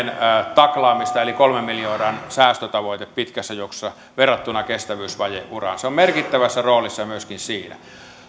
taklaamista eli on kolmen miljoonan säästötavoite pitkässä juoksussa verrattuna kestävyysvaje uraan se on merkittävässä roolissa myöskin siinä